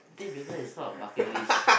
but I think is not a bucket list